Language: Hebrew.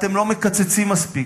אתם לא מקצצים מספיק,